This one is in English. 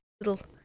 little